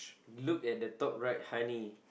look at the top right honey